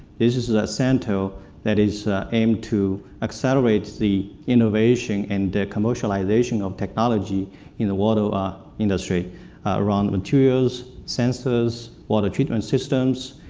this is a center that is aimed to accelerate the innovation and commercialization of technology in the water industry around materials sensors, water treatment systems,